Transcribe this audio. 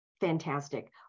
fantastic